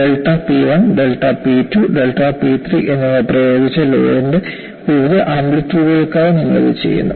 delta P 1 delta P 2 delta P 3 എന്നിവ പ്രയോഗിച്ച ലോഡിന്റെ വിവിധ ആംപ്ലിറ്റ്യൂഡുകൾക്കായി നിങ്ങൾ ഇത് ചെയ്യുന്നു